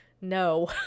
no